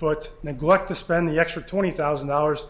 but neglect to spend the extra twenty thousand dollars